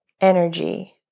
energy